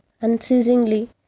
unceasingly